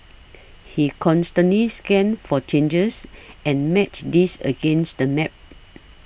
he constantly scanned for changes and matched these against the map